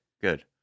good